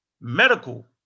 medical